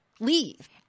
leave